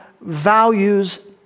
values